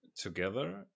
together